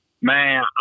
Man